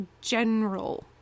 general